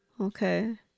Okay